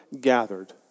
gathered